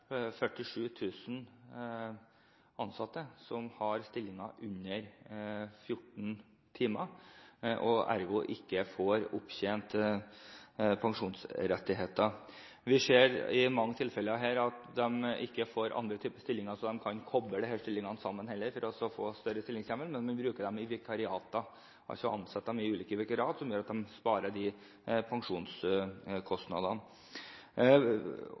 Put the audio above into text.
000 ansatte som har stillinger på under 14 timer og ergo ikke får opptjent pensjonsrettigheter. Vi ser i mange tilfeller at de ikke får andre typer stillinger så de kan koble disse stillingene sammen for å få større stillingshjemmel, heller. Man ansetter dem i ulike vikariater, noe som gjør at de sparer de pensjonskostnadene.